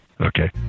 Okay